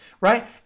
right